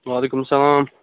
وعلیکُم سلام